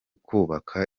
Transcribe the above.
kubaka